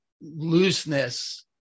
looseness